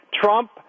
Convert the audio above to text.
Trump